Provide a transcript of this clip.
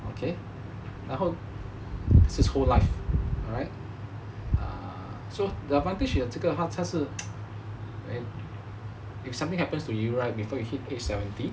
okay 然后 this is whole life alright so the advantage 有这个他是好 when if something happens to you right before you hit age seventy